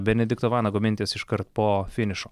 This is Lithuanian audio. benedikto vanago mintys iškart po finišo